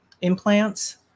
implants